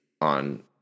on